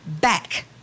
back